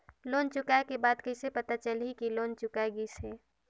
Loan चुकाय के बाद कइसे पता चलही कि लोन चुकाय गिस है?